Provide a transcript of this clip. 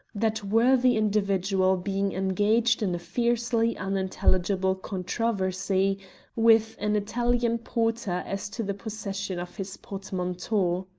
that worthy individual being engaged in a fiercely unintelligible controversy with an italian porter as to the possession of his portmanteau.